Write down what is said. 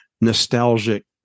nostalgic